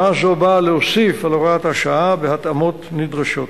הוראה זו באה להוסיף על הוראת השעה בהתאמות נדרשות.